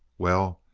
well,